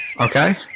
Okay